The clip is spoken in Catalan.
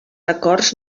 acords